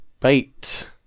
Bait